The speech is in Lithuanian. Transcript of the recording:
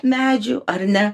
medžių ar ne